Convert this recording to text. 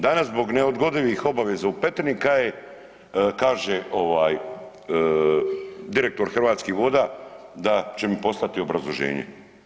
Danas zbog neodgodivih obaveza u Petrinji kaže direktor Hrvatskih voda da će mi poslati obrazloženje.